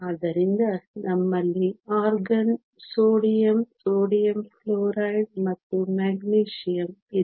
ಆದ್ದರಿಂದ ನಮ್ಮಲ್ಲಿ argon sodium sodium chloride ಮತ್ತು ಮೆಗ್ನೀಸಿಯಮ್ ಇದೆ